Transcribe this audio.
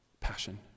passion